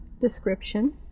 description